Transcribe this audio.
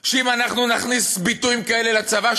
שאם אנחנו נכניס ביטויים כאלה לצבא,